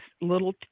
little